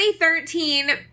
2013